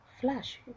Flash